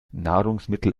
nahrungsmittel